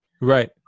Right